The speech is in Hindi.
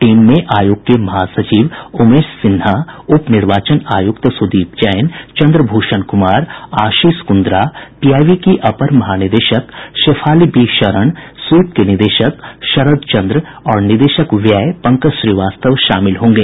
टीम में आयोग के महासचिव उमेश सिन्हा उप निर्वाचन आयुक्त सुदीप जैन चंद्र भूषण कुमार आशीष कुंद्रा पीआईबी की अपर महानिदेशक शेफाली बी शरण स्वीप के निदेशक शरद चंद्र और निदेशक व्यय पंकज श्रीवास्तव शामिल होंगे